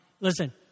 Listen